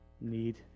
need